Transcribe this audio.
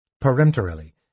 Peremptorily